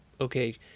Okay